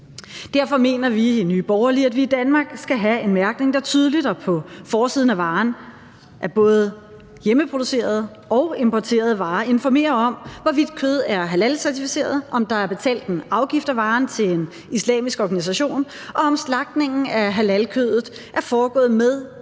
Derfor mener vi i Nye Borgerlige, at vi i Danmark skal have en mærkning, der tydeligt og på forsiden af varen af både hjemmeproducerede og importerede varer informerer om, hvorvidt kød er halalcertificeret, om der er betalt en afgift af varen til en islamisk organisation, og om slagtning af halalkødet er foregået med